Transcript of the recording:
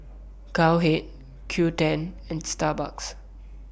Cowhead Qoo ten and Starbucks